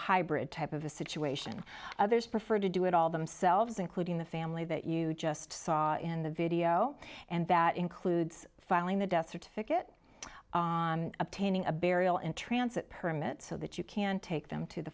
hybrid type of a situation others prefer to do it all themselves including the family that you just saw in the video and that includes filing the death certificate obtaining a burial and transit permit so that you can take them to the